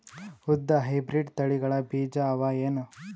ಉದ್ದ ಹೈಬ್ರಿಡ್ ತಳಿಗಳ ಬೀಜ ಅವ ಏನು?